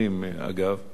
אגב.